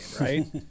right